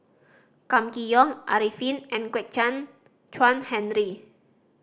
Kam Kee Yong Arifin and Kwek Chuan Henry